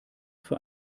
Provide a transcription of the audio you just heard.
für